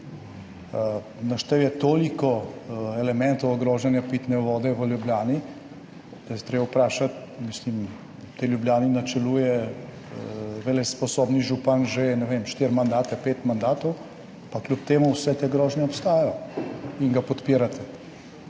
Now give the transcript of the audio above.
Naštel je toliko elementov ogrožanja pitne vode v Ljubljani, da se je treba vprašati. Mislim, tej Ljubljani načeluje velesposobni župan že, ne vem, štiri mandate, pet mandatov, pa kljub temu vse te grožnje obstajajo in ga podpirate.